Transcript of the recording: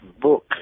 book